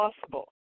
possible